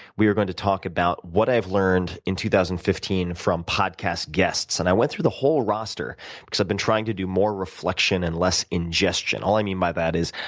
we are going to talk about what i've learned in two thousand and fifteen from podcast guests, and i went through the whole roster because i've been trying to do more reflection and less ingestion. all i mean by that is,